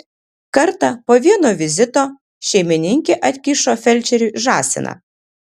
kartą po vieno vizito šeimininkė atkišo felčeriui žąsiną